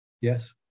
Yes